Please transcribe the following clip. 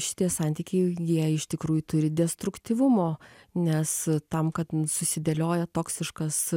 šitie santykiai jie iš tikrųjų turi destruktyvumo nes tam kad susidėlioja toksiškas